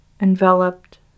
enveloped